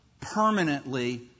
permanently